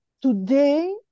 today